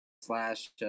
slash